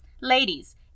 Ladies